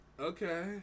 okay